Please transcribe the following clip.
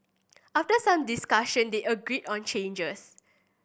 after some discussion they agreed on changes